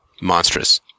monstrous